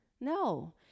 No